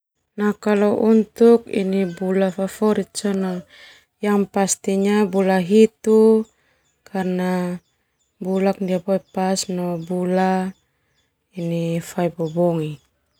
Kalo untuk bulak favorit sona bula hitu karna bulak ndia boe pas no bula fai bobingik.